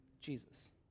jesus